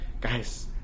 guys